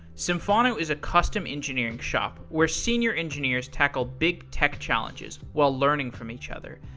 symphono is a custom engineering shop where senior engineers tackle big tech challenges while learning from each other.